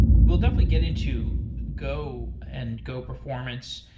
we'll definitely get into go and go performance,